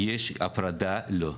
יש הפרדה, לא,